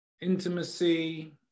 intimacy